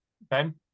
Ben